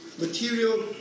Material